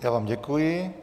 Já vám děkuji.